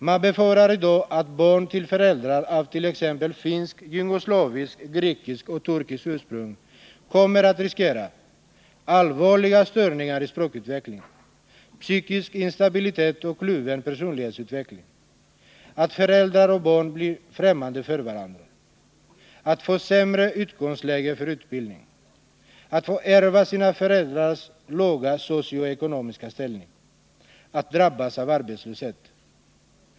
Man befarar i dag att barn till föräldrar av finskt, jugoslaviskt, grekiskt och turkiskt ursprung kommer att riskera att utsättas för allvarliga störningar i språkutvecklingen, att psykisk instabilitet och kluven personlighetsutveckling uppstår, att föräldrar och barn blir främmande för varandra, att de får sämre utgångsläge för utbildning, att de får ärva sina föräldrars låga socio-ekonomiska ställning och att de drabbas av arbetslöshet.